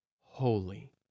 holy